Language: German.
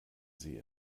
sie